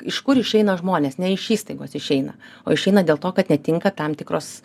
iš kur išeina žmonės ne iš įstaigos išeina o išeina dėl to kad netinka tam tikros